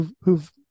who've